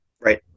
Right